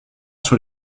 sur